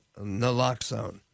naloxone